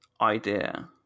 idea